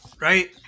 Right